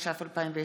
התש"ף 2020,